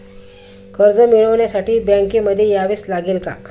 कर्ज मिळवण्यासाठी बँकेमध्ये यावेच लागेल का?